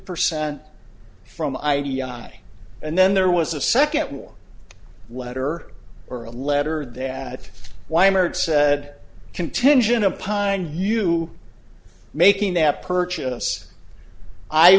percent from i d i and then there was a second letter or a letter that wired said contingent upon you making that purchase i